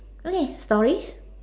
okay stories